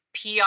PR